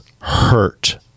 hurt